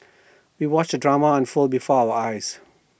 we watched the drama unfold before our eyes